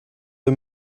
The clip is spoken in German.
der